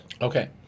Okay